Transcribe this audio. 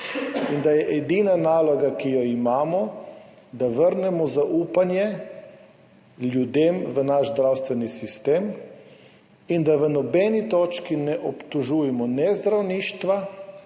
in da je edina naloga, ki jo imamo, da vrnemo zaupanje ljudem v naš zdravstveni sistem in da v nobeni točki ne obtožujemo ne zdravništva